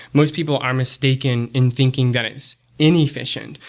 most people are mistaken in thinking that it's inefficient.